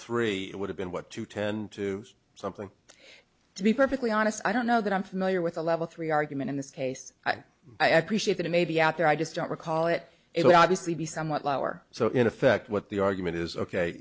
three it would have been what two ten two something to be perfectly honest i don't know that i'm familiar with a level three argument in this case i appreciate that it may be out there i just don't recall it it would obviously be somewhat lower so in effect what the argument is ok